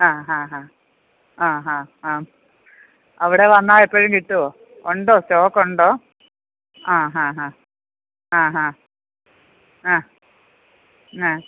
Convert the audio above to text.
ആ ഹാ ഹാ ആ ഹാ ആ അവിടെ വന്നാൽ എപ്പഴും കിട്ടുവോ ഉണ്ടോ സ്റ്റോക്ക് ഉണ്ടോ ആ ഹാ ഹാ ആ ഹാ ആ ആ